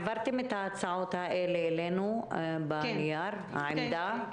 העברתם את ההצעות האלה אלינו בנייר עמדה?